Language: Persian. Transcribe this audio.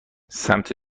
سمت